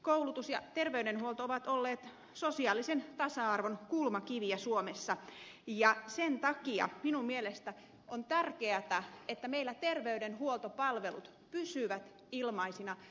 koulutus ja terveydenhuolto ovat olleet sosiaalisen tasa arvon kulmakiviä suomessa ja sen takia minun mielestäni on tärkeätä että meillä terveydenhuoltopalvelut pysyvät ilmaisina